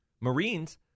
Marines